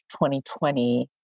2020